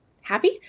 happy